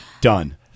Done